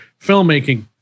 filmmaking